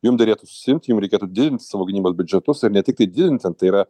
jum derėtų susiimt jums reikėtų didinti savo gynybos biudžetus ir ne tik tai didinti tai yra